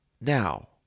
Now